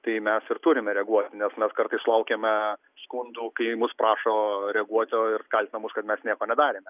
tai mes ir turime reaguoti nes mes kartais sulaukiame skundų kai mus prašo reaguoti ir kaltina mus kad mes nieko nedarėme